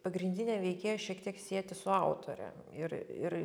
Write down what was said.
pagrindinę veikėją šiek tiek sieti su autore ir ir